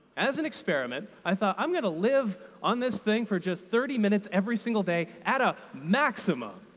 as an experiment, i thought, i'm going to live on this thing for just thirty minutes every single day at a maximum.